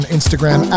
Instagram